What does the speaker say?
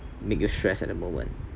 make you stress at the moment